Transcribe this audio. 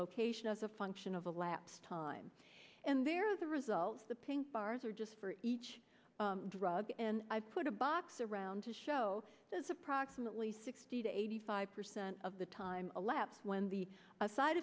location as a function of the lapse time and there are the results the pink bars are just for each drug and i put a box around to show this approximately sixty to eighty five percent of the time elapsed when the side